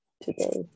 today